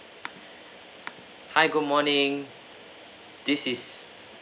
hi good morning this is